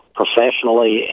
professionally